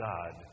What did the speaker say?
God